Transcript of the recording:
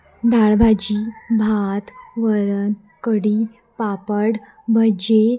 डाळभाजी भात वरण कढी पापड भजी